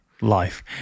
life